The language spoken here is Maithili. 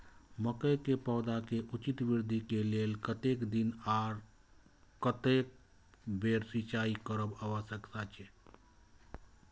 मके के पौधा के उचित वृद्धि के लेल कतेक दिन आर कतेक बेर सिंचाई करब आवश्यक छे?